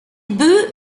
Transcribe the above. bœufs